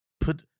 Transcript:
put